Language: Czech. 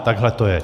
Takhle to je.